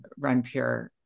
RunPure